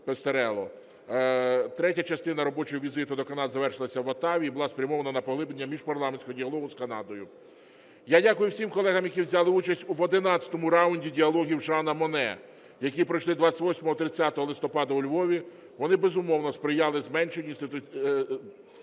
Третя частина робочого візиту до Канади завершилася в Отаві і була спрямована на поглиблення міжпарламентського діалогу з Канадою. Я дякую всім колегам, які взяли участь в одинадцятому раунді Діалогів Жана Моне, які пройшли 28-30 листопада у Львові. Вони, безумовно, сприяли зменшенню